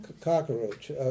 Cockroach